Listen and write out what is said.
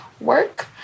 work